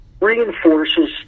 reinforces